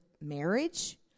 marriage